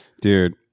Dude